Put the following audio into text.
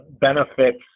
benefits